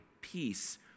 peace